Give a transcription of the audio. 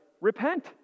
repent